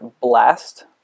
blast